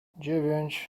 dziewięć